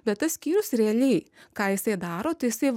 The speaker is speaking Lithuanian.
bet tas skyrius realiai ką jisai daro tai jisai